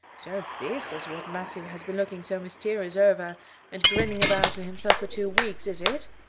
so this is what matthew has been looking so mysterious over and grinning about to himself for two weeks, is it?